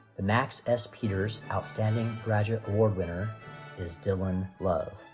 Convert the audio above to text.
the max s. peters outstanding graduate award winner is dylan love.